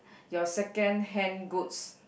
your secondhand goods